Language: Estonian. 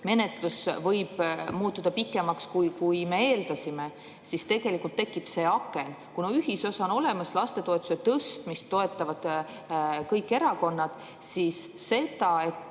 menetlus võib muutuda pikemaks, kui me eeldasime, siis tegelikult tekib see aken. Kuna ühisosa on olemas, lastetoetuste tõstmist toetavad kõik erakonnad, siis see, et